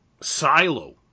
Silo